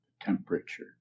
temperature